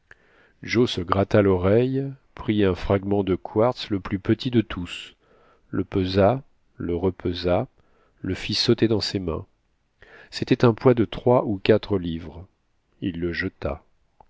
joe se gratta l'oreille prit un fragment de quartz le plus petit de tous le pesa le repesa le fit sauter dans ses mains c'était un poids de trois ou quatre livres il le jeta